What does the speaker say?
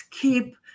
keep